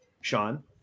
Sean